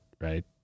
right